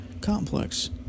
complex